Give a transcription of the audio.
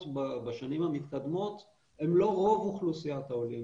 בשנים המתקדמות הם לא רוב אוכלוסיית העולים,